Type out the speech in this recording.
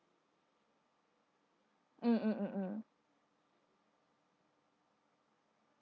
mm mm mm mm